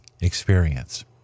experience